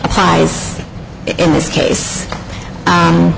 applies in this case